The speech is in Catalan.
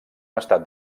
estat